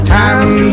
time